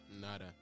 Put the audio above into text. nada